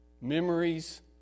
Memories